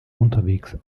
unterwegs